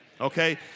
Okay